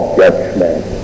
judgment